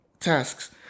tasks